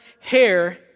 hair